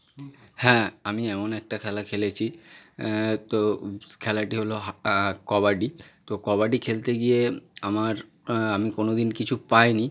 হ্যাঁ আমি এমন একটা খেলা খেলেছি তো খেলাটি হলো হাঁ কবাডি তো কবাডি খেলতে গিয়ে আমার আমি কোনো দিন কিছু পায় নি